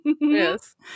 yes